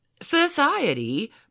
society